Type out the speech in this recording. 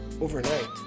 overnight